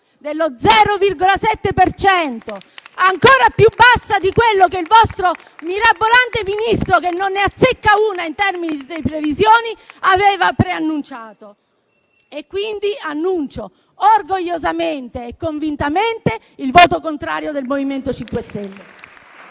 ancora più bassa di quello che il vostro mirabolante Ministro, che non ne azzecca una in termini di previsioni, aveva preannunciato. Quindi, annuncio orgogliosamente e convintamente il voto contrario del MoVimento 5 Stelle.